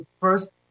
first